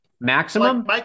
Maximum